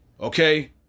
Okay